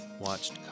watched